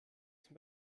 zum